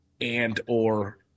and/or